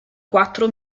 quattro